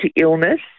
illness